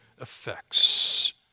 effects